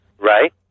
Right